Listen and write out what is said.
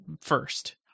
first